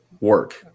work